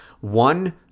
One